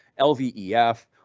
LVEF